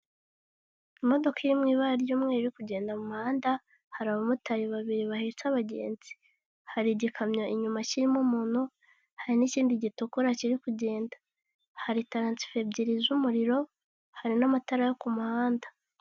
Imodoka iri mu ibara ry'umweru irikugenda mu muhanda hari abamotari babiri bahetse abagenzi, hari igikamyo inyuma kirimo umuntu, hari n'ikindi gitukura kiri kugenda hari taransifo ebyiri z'umuriro, hari n'amatara yo ku muhanda.